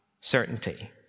certainty